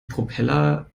propeller